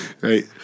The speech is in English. right